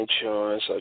insurance